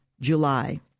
July